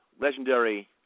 legendary –